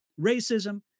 racism